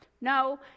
no